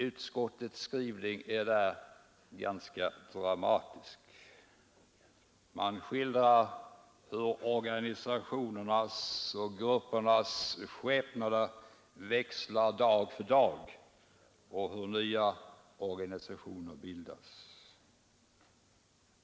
Utskottets skrivning är i detta avseende verkligt dramatisk; man skildrar hur organisationernas och gruppernas skepnader växlar dag för dag och hur nya organisationer bildas.